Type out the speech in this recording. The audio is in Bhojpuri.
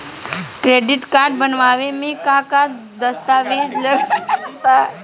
क्रेडीट कार्ड बनवावे म का का दस्तावेज लगा ता?